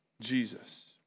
Jesus